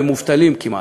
והם מובטלים כמעט,